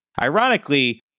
Ironically